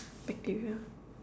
bacteria